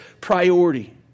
priority